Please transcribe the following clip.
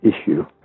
issue